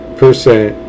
percent